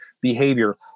behavior